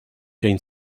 gain